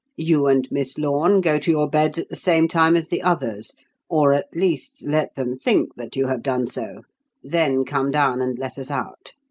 you and miss lorne go to your beds at the same time as the others or, at least, let them think that you have done so then come down and let us out.